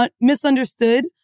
misunderstood